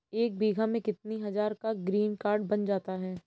एक बीघा में कितनी हज़ार का ग्रीनकार्ड बन जाता है?